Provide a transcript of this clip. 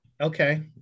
okay